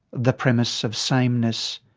the premise of sameness.